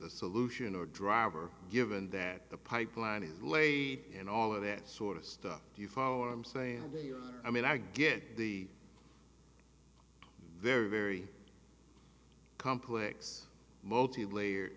the solution or driver given that the pipeline is laid and all of that sort of stuff do you follow what i'm saying here i mean i get the very very complex multi layer